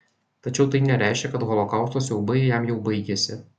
tačiau tai nereiškė kad holokausto siaubai jam jau baigėsi